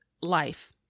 life